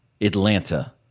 Atlanta